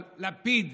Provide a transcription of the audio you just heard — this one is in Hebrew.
אבל לפיד,